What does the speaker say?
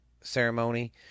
ceremony